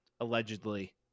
allegedly